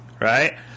right